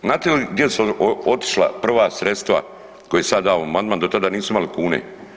Znate li gdje su otišla prva sredstva koje sam ja dao amandman, do tada nisu imali kune?